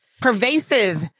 pervasive